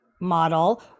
model